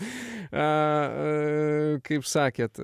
a kaip sakėt